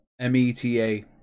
m-e-t-a